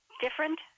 different